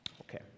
Okay